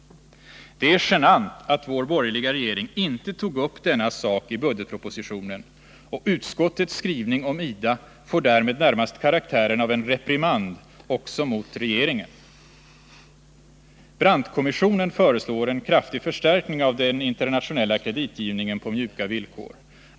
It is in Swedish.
Det är genant att vår borgerliga regering inte tog upp denna sak i budgetpropositionen, och utskottets skrivning om IDA får därför närmast karaktären av en reprimand också mot regeringen. Brandtkommissionen föreslår en kraftig förstärkning av den internationella kreditgivningen på mjuka villkor.